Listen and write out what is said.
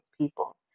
people